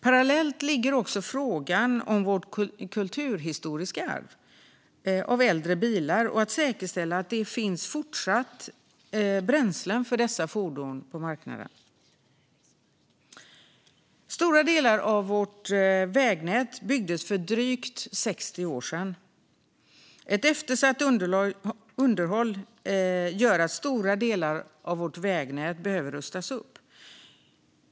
Parallellt finns också frågan om vårt kulturhistoriska arv i form av äldre bilar och om att säkerställa att det fortsatt finns bränslen för dessa fordon på marknaden. Stora delar av vårt vägnät byggdes för drygt 60 år sedan. Ett eftersatt underhåll gör att stora delar av vägnätet behöver rustas upp.